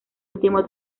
último